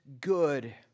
good